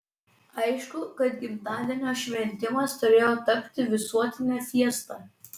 aišku kad gimtadienio šventimas turėjo tapti visuotine fiesta